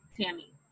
Tammy